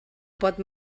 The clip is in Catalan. pot